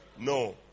No